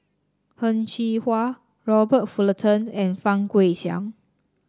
Heng Cheng Hwa Robert Fullerton and Fang Guixiang